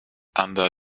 under